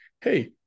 hey